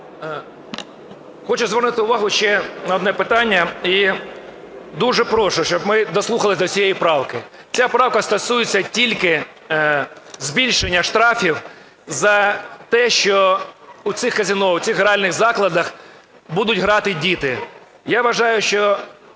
Хочу звернути увагу ще на одне питання і дуже прошу, щоб ми дослухалися до цієї правки. Ця правка стосується тільки збільшення штрафів за те, що у цих казино, у цих гральних закладах будуть грати діти. Я вважаю, що